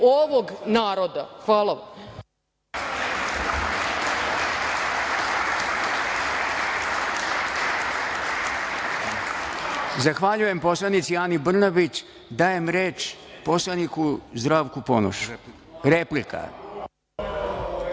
ovog naroda. Hvala vam.